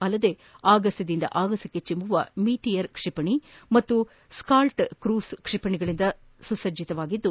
ಅಲ್ಲದೆ ಆಗಸದಿಂದ ಆಗಸಕ್ಕೆ ಚಿಮ್ಮವ ಮೀಟಿಯರ್ ಕ್ಷಿಪಣಿ ಮತ್ತು ಸ್ಕಾಲ್ಪ್ ಕ್ರೂಸ್ ಕ್ಷಿಪಣಿಗಳಿಂದ ಸಜ್ಜಿತವಾಗಿದ್ದು